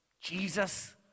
Jesus